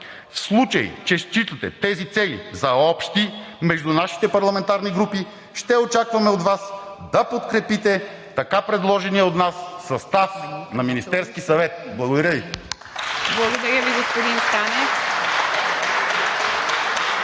В случай че считате тези цели за общи между нашите парламентарни групи ще очакваме от Вас да подкрепите така предложения от нас състав на Министерския съвет. Благодаря Ви.